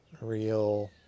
real